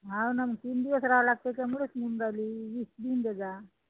हो ना मग तीन दिवस रहावं लागते त्यामुळेच म्हणून राहिली वीस देऊन देजा